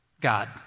God